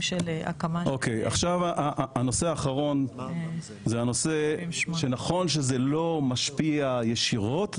בהקמה של --- הנושא האחרון זה הנושא שנכון שזה לא משפיע ישירות,